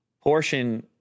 portion